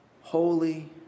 holy